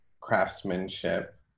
craftsmanship